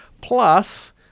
plus